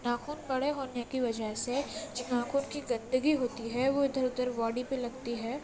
ناخن بڑے ہونے کی وجہ سے جو ناخن کی گندگی ہوتی ہے وہ اِدھر اُدھر باڈی پہ لگتی ہے